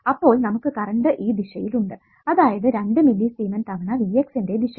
അപ്പോൾ നമുക്ക് കറണ്ട് ഈ ദിശയിൽ ഉണ്ട് അതായത് 2 മില്ലി സിമെൻ തവണ V x ന്റെ ദിശയിൽ